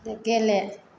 गेले